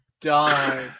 die